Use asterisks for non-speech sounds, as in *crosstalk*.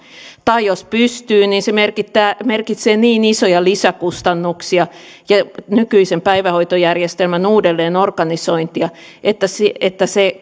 tai jos pystyy niin se merkitsee niin isoja lisäkustannuksia ja nykyisen päivähoitojärjestelmän uudelleenorganisointia että se *unintelligible*